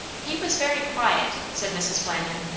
he was very quiet said mrs. flandin.